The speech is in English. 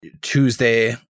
Tuesday